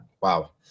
wow